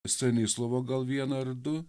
stanislovą gal vieną ar du